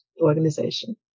organization